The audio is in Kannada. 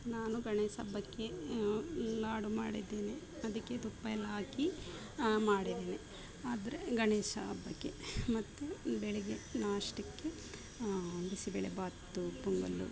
ನಾನು ಗಣೇಶ ಹಬ್ಬಕ್ಕೆ ಲಾಡು ಮಾಡಿದ್ದೇನೆ ಅದಕ್ಕೆ ತುಪ್ಪ ಎಲ್ಲ ಹಾಕಿ ಮಾಡಿದ್ದೇನೆ ಆದರೆ ಗಣೇಶ ಹಬ್ಬಕ್ಕೆ ಮತ್ತೆ ಬೆಳಿಗ್ಗೆ ನಾಷ್ಟಕ್ಕೆ ಬಿಸಿಬೇಳೆಬಾತು ಪೊಂಗಲ್ಲು